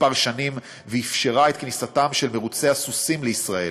שנים ואפשרה את כניסתם של מרוצי הסוסים לישראל.